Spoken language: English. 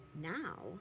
now